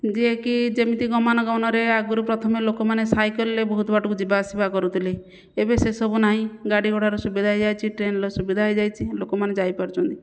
ଯିଏ କି ଯେମିତି ଗମନାଗମନରେ ଆଗରୁ ପ୍ରଥମେ ଲୋକମାନେ ସାଇକଲରେ ବହୁତ ବାଟକୁ ଯିବାଆସିବା କରୁଥିଲେ ଏବେ ସେସବୁ ନାହିଁ ଗାଡ଼ି ଘୋଡ଼ାର ସୁବିଧା ହେଇଯାଇଛି ଟ୍ରେନ୍ର ସୁବିଧା ହେଇଯାଇଛି ଲୋକମାନେ ଯାଇପାରୁଛନ୍ତି